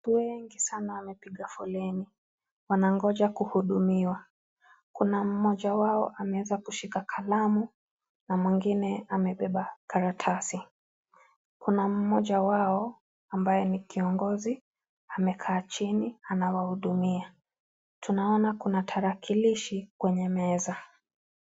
Watu wengi sana wamepiga foleni. Wanaongoja kuhudumiwa. Kuna mmoja wao ameanza kushika kalamu na mwingine amebeba kalatasi. Kuna mmoja wao ambaye ni kiongozi, amekaa chini, anawahudumia. Tunaona kuna tarakilishi kwenye meza.